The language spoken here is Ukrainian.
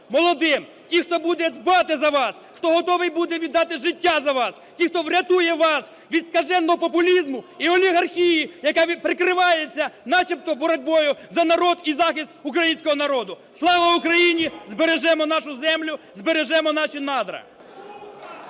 молодим, ті, хто будуть дбати за вас, хто готовий буде віддати життя за вас, ті, хто врятує вас від скаженого популізму і олігархії, яка прикривається начебто боротьбою за народ і захист українського народу. Слава Україні! Збережемо нашу землю, збережемо наші надра!